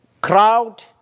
crowd